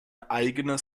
eigene